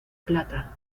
plata